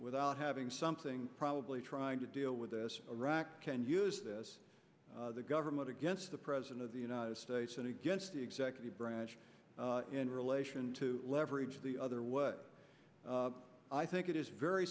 without having something probably trying to deal with this arac can use this government against the president of the united states and against the executive branch in relation to leverage the other way i think it is very